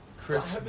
Chris